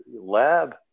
lab